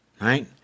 right